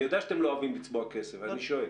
אני יודע שאתם לא אוהבי לצבוע כסף, אבל אני שואל.